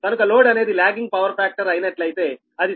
కనుక లోడ్ అనేది lagging power factor అయినట్లయితే అది 0